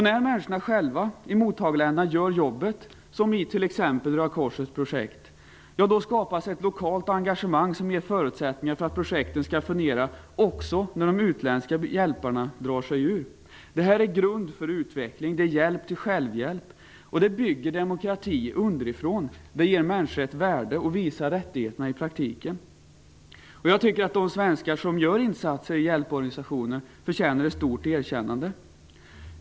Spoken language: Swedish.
När människorna själva i mottagarländerna gör jobbet, som i t.ex. Röda korsets projekt, skapas ett lokalt engagemang som ger förutsättningar för att projekten skall fungera också när de utländska hjälparna drar sig ur. Det här är en grund för utveckling och hjälp till självhjälp, och det bygger demokrati underifrån. Det ger människorna ett värde, och det visar rättigheterna i praktiken. Jag tycker att de svenskar som gör insatser i hjälporganisationerna förtjänar ett stort erkännande.